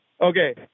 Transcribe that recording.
Okay